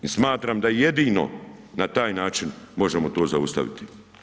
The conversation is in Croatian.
I smatram da jedino na taj način možemo to zaustaviti.